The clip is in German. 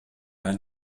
ein